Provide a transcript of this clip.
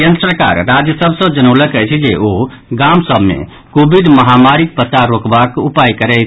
केन्द्र सरकार राज्य सभ सॅ जनौलक अछि जे ओ गाम सभ मे कोविड महामारीक पसार रोकबाक उपाय करैथ